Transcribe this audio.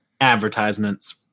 advertisements